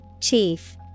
Chief